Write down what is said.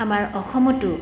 আমাৰ অসমতো